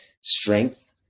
strength